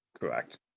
Correct